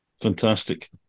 fantastic